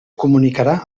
comunicarà